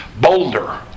boulder